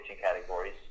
Categories